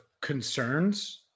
concerns